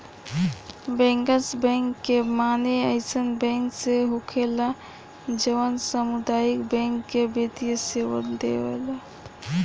bankers bank के माने अइसन बैंक से होखेला जवन सामुदायिक बैंक के वित्तीय सेवा देला